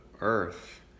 earth